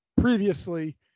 previously